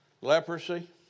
leprosy